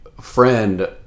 friend